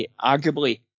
arguably